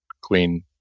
queen